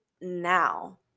now